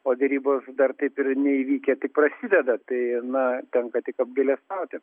o derybos dar taip ir neįvykę tik prasideda tai na tenka tik apgailestauti